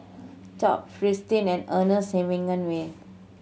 Top Fristine and Ernest